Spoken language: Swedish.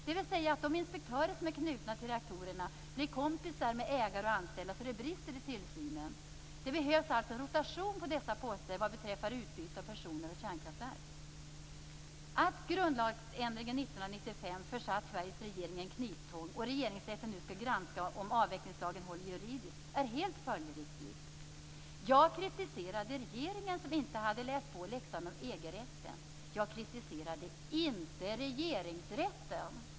Det innebär att de inspektörer som är knutna till reaktorerna blir kompisar med ägare och anställda, så att det brister i tillsynen. Det behövs alltså rotation på dessa poster vad beträffar utbyte av personer och kärnkraftverk. Grundlagsändringen 1995 har försatt Sveriges regering i en kniptång. Att Regeringsrätten nu skall granska om avvecklingslagen håller juridiskt är helt följdriktigt. Jag kritiserade regeringen, som inte hade läst på läxan om EG-rätten. Jag kritiserade inte Regeringsrätten.